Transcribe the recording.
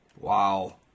Wow